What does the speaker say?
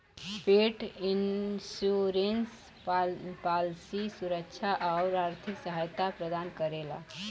पेट insurance policy सुरक्षा आउर आर्थिक सहायता प्रदान करेला